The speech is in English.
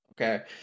okay